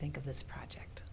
think of this project